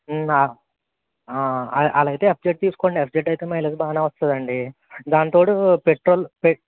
అలా అయితే ఎఫ్జెడ్ తీసుకోండి ఎఫ్జెడ్ అయితే మైలేజ్ బాగానే వస్తుందండి దానికి తోడు పెట్రోల్ పెట్